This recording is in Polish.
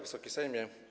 Wysoki Sejmie!